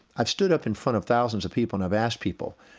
i've stood up in front of thousands of people and i've asked people,